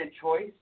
choice